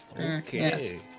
okay